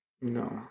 No